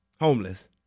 homeless